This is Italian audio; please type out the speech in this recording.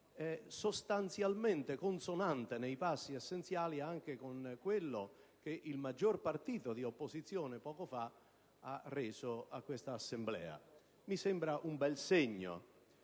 è sostanzialmente consonante nei passi essenziali anche con quello che il maggior partito di opposizione poco fa ha reso a quest'Assemblea. Mi sembra un bel segno.